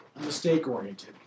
mistake-oriented